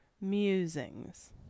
musings